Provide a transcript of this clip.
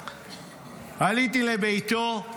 עליתי לביתו,